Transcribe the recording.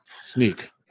Sneak